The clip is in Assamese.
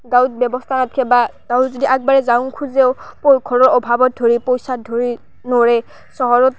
গাঁৱত ব্যৱস্থা নাথকে বা গাঁৱত যদি আগবাঢ়ি যাওঁ খোজেও ত' ঘৰৰ অভাৱত ধৰি পইচাত ধৰি নৰে চহৰত